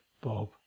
Bob